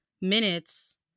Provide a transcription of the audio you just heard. minutes